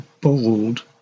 bold